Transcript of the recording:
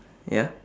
ya